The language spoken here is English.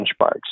benchmarks